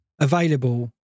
available